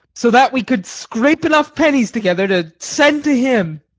so that we could scrape enough pennies together to send to him.